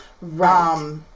Right